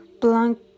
blank